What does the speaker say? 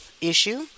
issue